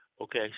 Okay